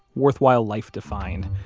worthwhile life defined,